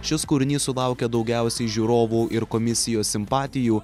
šis kūrinys sulaukė daugiausiai žiūrovų ir komisijos simpatijų